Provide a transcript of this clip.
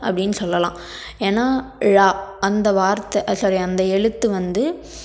அப்படின்னு சொல்லலாம் ஏன்னால் ழ அந்த வார்த்தை சாரி அந்த எழுத்து வந்து